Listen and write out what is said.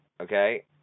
okay